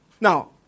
Now